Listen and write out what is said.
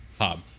Hob